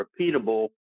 repeatable